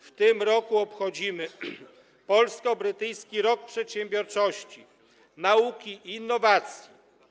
W tym roku obchodzimy polsko-brytyjski rok przedsiębiorczości, nauki i innowacji.